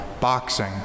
boxing